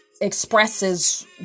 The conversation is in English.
expresses